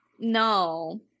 no